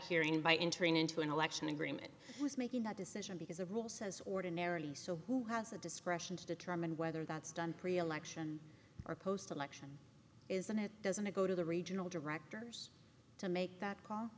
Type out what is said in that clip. hearing by entering into an election agreement who's making that decision because the rule says ordinarily so who has the discretion to determine whether that's done pre election or post election isn't it doesn't it go to the regional directors to make that call